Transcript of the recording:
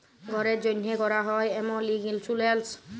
ঘ্যরের জ্যনহে ক্যরা হ্যয় এমল ইক ইলসুরেলস